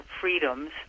freedoms